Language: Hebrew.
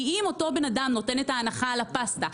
כי אם אותו בן אדם נותן את ההנחה על הפסטה,